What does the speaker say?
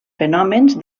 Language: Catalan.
fenòmens